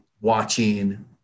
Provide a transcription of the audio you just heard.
watching